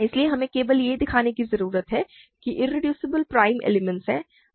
इसलिए हमें केवल यह दिखाने की जरूरत है कि इरेड्यूसिबल एलिमेंट प्राइम हैं